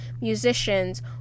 musicians